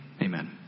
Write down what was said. Amen